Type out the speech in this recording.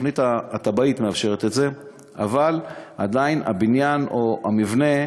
שהתב"ע מאפשרת את זה אבל עדיין הבניין או המבנה,